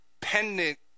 pendant